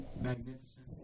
Magnificent